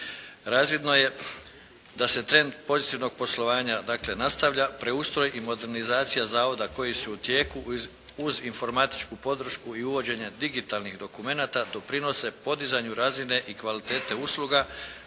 Razvidno je da se trend pozitivnog poslovanja dakle, nastavlja. Preustroj i modernizacija zavoda koji su u tijeku uz informatičku podršku i uvođenje digitalnih dokumenata doprinose podizanju razine i kvalitete usluga